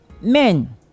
men